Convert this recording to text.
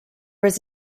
was